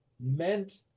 meant